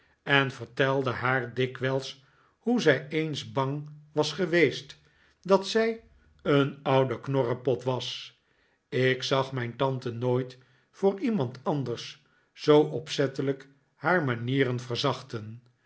en vertelde haar dikwijls hoe zij eens bang was geweest dat zij een oude knorrepot was ik zag mijn tante nooit voor iemand anders zoo opzettelijk haar manieren verachten